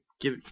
give